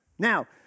Now